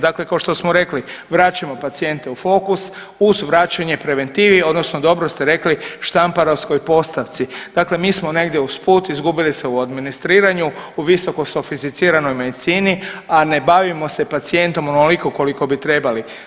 Dakle košto smo rekli vraćamo pacijente u fokus uz vraćanje preventivi odnosno dobro ste rekli Štamparovskoj postavci, dakle mi smo negdje usput izgubili se u administriranju u visoko sofisticiranoj medicini, a ne bavimo se pacijentom onoliko koliko bi trebali.